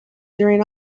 during